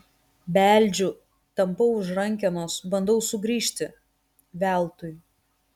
beldžiu tampau už rankenos bandau sugrįžti veltui